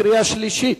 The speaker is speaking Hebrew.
קריאה שלישית.